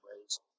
ways